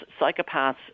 psychopaths